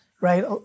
right